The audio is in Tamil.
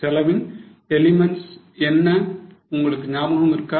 செலவின் எலிமென்ட்ஸ் என்ன உங்களுக்கு ஞாபகம் இருக்கா